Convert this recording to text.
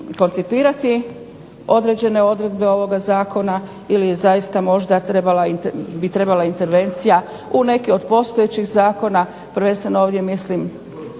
koncipirati određene odredbe ovoga zakona ili je zaista možda bi trebala intervencija u neki od postojećih zakona. Prvenstveno ovdje mislim